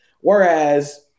Whereas